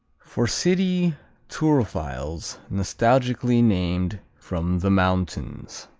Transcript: for city turophiles nostalgically named from the mountains.